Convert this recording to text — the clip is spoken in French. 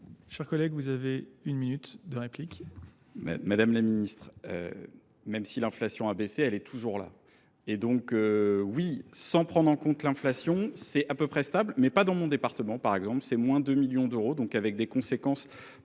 Chers collègues, vous avez une minute de réplique. Madame la Ministre, même si l'inflation a baissé, elle est toujours là. Et donc oui, sans prendre en compte l'inflation, c'est à peu près stable, mais pas dans mon département par exemple. C'est moins 2 millions d'euros, donc avec des conséquences